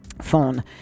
phone